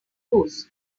lose